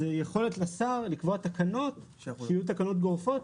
יכולת לשר לקבוע תקנות שיהיו תקנות גורפות.